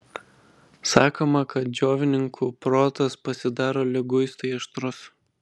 sakoma kad džiovininkų protas pasidaro liguistai aštrus